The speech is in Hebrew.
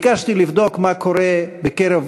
ביקשתי לבדוק מה קורה בקרב